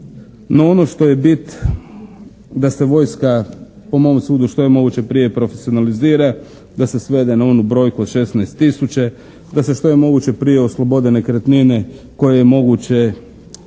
ali ono što je bit da se vojska po mom sudu što je moguće prije profesionalizira. Da se svede na onu brojku od 16 tisuća. Da se što je moguće prije oslobode nekretnine koje je moguće